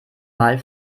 mal